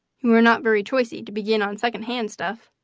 you are not very choicy to begin on second-hand stuff.